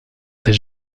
ses